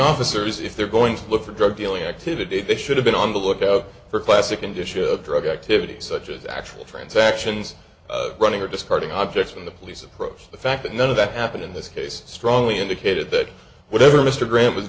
officers if they're going to look for drug dealing activity they should have been on the lookout for classic conditions of drug activity such as actual transactions running or discarding objects in the police approached the fact that none of that happened in this case strongly indicated that whatever mr grant was